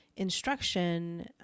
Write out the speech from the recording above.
instruction